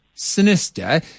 Sinister